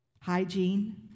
hygiene